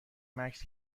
مکث